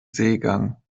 seegang